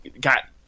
got